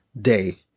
day